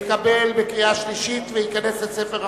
התקבל בקריאה שלישית וייכנס לספר החוקים.